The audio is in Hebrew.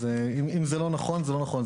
אם זה לא נכון זה לא נכון.